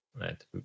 Right